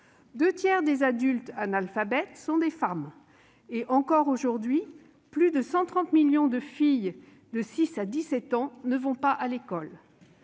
deux tiers des adultes analphabètes sont des femmes et, encore aujourd'hui, plus de 130 millions de filles âgées de 6 à 17 ans ne vont pas à l'école